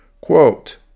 Quote